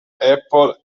apple